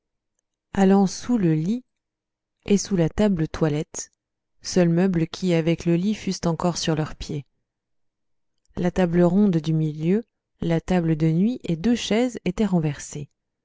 allant sous le lit et sous la tabletoilette seuls meubles qui avec le lit fussent encore sur leurs pieds la table ronde du milieu la table de nuit et deux chaises étaient renversées